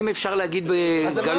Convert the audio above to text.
אם אפשר להגיד בגלוי.